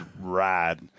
ride